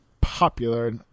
popular